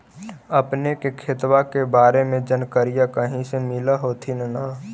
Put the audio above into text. अपने के खेतबा के बारे मे जनकरीया कही से मिल होथिं न?